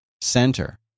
center